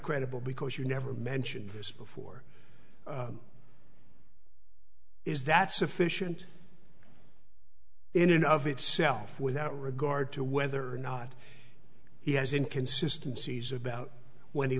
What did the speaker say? credible because you never mentioned this before is that sufficient in and of itself without regard to whether or not he has in consistencies about when he